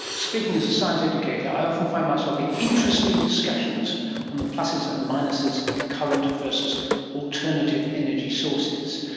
speaking as a science educator, i often find myself in interesting discussions on the pluses and minuses of current versus alternative energy sources.